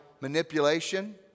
manipulation